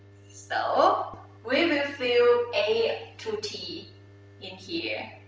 so we will fill a to t in here.